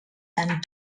sant